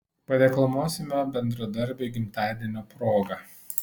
padeklamuosime bendradarbiui gimtadienio proga